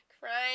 Crying